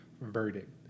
verdict